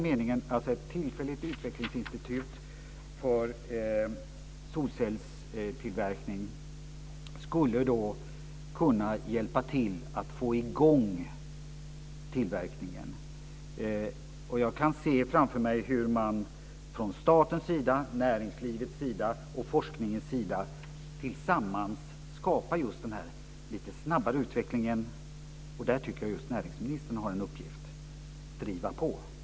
Meningen med ett tillfälligt utvecklingsinstitut för solcellstillverkning är att det skulle kunna hjälpa till att få i gång tillverkningen. Jag kan se framför mig hur man från statens sida, näringslivets sida och forskningens sida tillsammans skapar just denna lite snabbare utveckling. Här tycker jag att just näringsministern har en uppgift i att driva på.